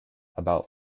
about